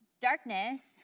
darkness